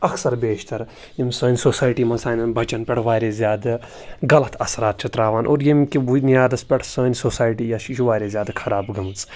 اکثر بیشتر یِم سٲنۍ سوسایٹی منٛز سانٮ۪ن بَچَن پٮ۪ٹھ واریاہ زیادٕ غلط اثرات چھِ ترٛاوان اور ییٚمہِ کہِ بُنیادَس پٮ۪ٹھ سٲنۍ سوسایٹی یۄس چھُ یہِ چھُ واریاہ زیادٕ خراب گٔمٕژ